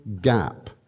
gap